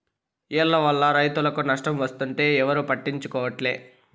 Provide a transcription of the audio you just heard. ఈల్ల వల్ల రైతులకు నష్టం వస్తుంటే ఎవరూ పట్టించుకోవట్లే